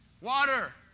Water